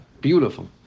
beautiful